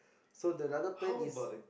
so the other plan is